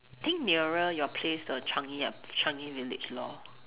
think nearer your place the Changi uh Changi village lor